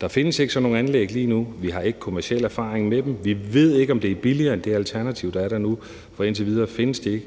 der ikke findes sådan nogle anlæg lige nu, vi har ikke kommerciel erfaring med dem, vi ved ikke, om det er billigere end det alternativ, der er der nu, for indtil videre findes de ikke.